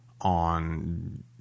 on